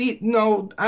No